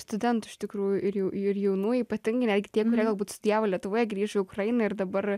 studentų iš tikrųjų ir jau ir jaunų ypatingai netgi tiem kurie galbūt studijavo lietuvoje grįžo į ukrainą ir dabar